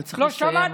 אתה צריך לסיים.